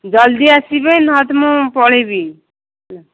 ଜଲଦି ଆସିବେ ନ ହେଲେ ତ ମୁଁ ପଳାଇବି ହେଲା